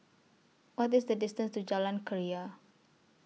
What IS The distance to Jalan Keria